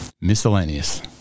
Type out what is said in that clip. Miscellaneous